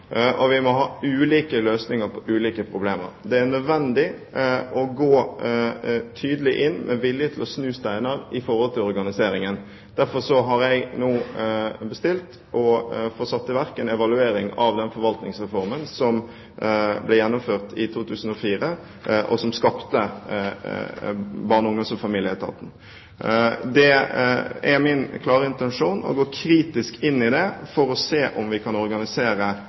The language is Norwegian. Vi må ha ulike løsninger på ulike problemer. Det er nødvendig å gå tydelig inn, med vilje til å snu steiner når det gjelder organiseringen. Derfor har jeg nå bestilt en evaluering av den forvaltningsreformen som ble gjennomført i 2004, og som skapte Barne-, ungdoms- og familieetaten. Det er min klare intensjon å gå kritisk inn i det for å se om vi kan organisere